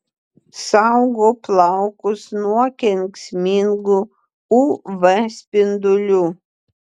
saugo plaukus nuo kenksmingų uv spindulių